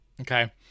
okay